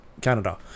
Canada